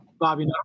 Bobby